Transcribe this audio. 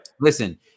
listen